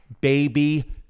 baby